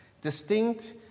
distinct